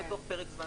פרק זמן